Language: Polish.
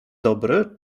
dobry